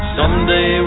Someday